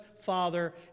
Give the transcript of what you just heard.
Father